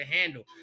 handle